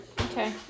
Okay